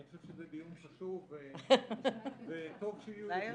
חושב שזה דיון חשוב וטוב שיהיו יותר.